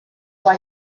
why